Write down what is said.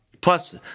Plus